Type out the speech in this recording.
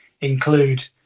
include